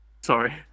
Sorry